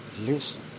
Listen